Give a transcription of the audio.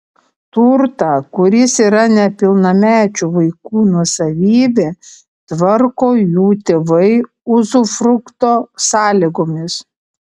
turtą kuris yra nepilnamečių vaikų nuosavybė tvarko jų tėvai uzufrukto sąlygomis